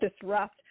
disrupt